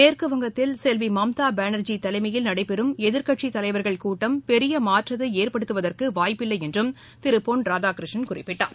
மேற்குவங்கத்தில் செல்வி மம்தா பானர்ஜி தலைமையில் நடைபெறும் எதிர்க்கட்சித்தலைவர்கள் கூட்டம் பெரிய மாற்றத்தை ஏற்படுத்துவதற்கு வாய்ப்பில்லை என்று அவர் குறிப்பிட்டார்